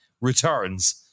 returns